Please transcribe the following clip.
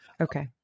Okay